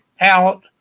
out